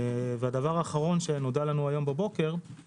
הדבר האחרון שנודע לנו הבוקר,